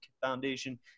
Foundation